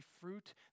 fruit